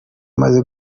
yamaze